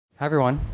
everyone.